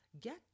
Get